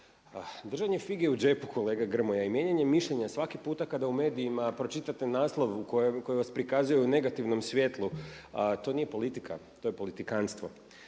držanje fige u džepu kolega Grmoja i mijenjanje mišljenja svaki puta kada u medijima pročitate naslov u kojem vas prikazuju u negativnom svjetlu to nije politika, to je politikantstvo.